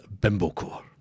Bimbocore